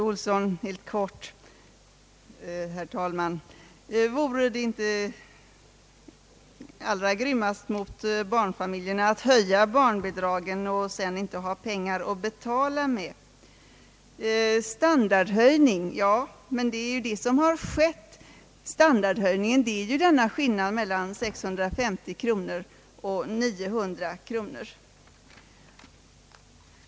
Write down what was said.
Herr talman! Ja, fru Olsson, vore det inte allra grymmast mot barnfamiljerna att höja barnbidragen och sedan inte ha pengar att betala med? Standardhöjning, ja, men det är ju detta som har skett. Standardhöjningen är just skillnaden mellan 650 och 900 kronor.